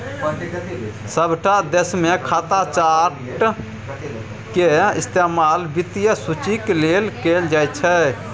सभटा देशमे खाता चार्ट केर इस्तेमाल वित्तीय सूचीक लेल कैल जाइत छै